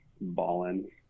balling